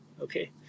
okay